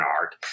art